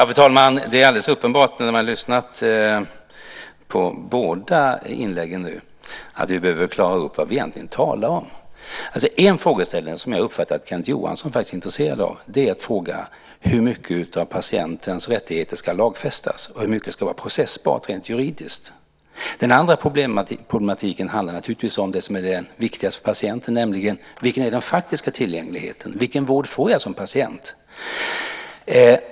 Fru talman! Det är alldeles uppenbart när man har lyssnat på båda inläggen att vi behöver klara ut vad vi egentligen talar om. En frågeställning som jag har uppfattat att Kenneth Johansson faktiskt är intresserad av är hur mycket av patientens rättigheter som ska lagfästas och hur mycket som ska vara processbart rent juridiskt. Den andra problematiken handlar naturligtvis om det som är det viktigaste för patienten, nämligen hur den faktiska tillgängligheten är. Vilken vård får jag som patient?